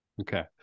okay